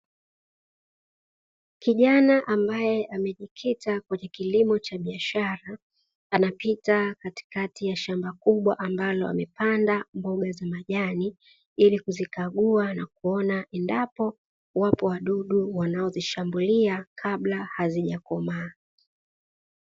Kijana ambaye amejikita kwenye kilimo cha biashara anapita katikati ya shamba kubwa ambalo amepanda mboga za majani ili kuzikagua na kuona endapo wapo wadudu wanaozishambulia kabla hazijakomaa.